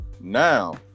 Now